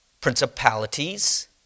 principalities